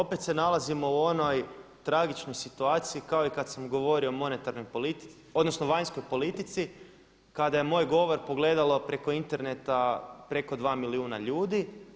Da opet se nalazimo u onoj tragičnoj situaciji kao i kad sam govorio o monetarnoj politici, odnosno vanjskoj politici kada je moj govor pogledalo preko interneta preko 2 milijuna ljudi.